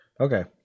Okay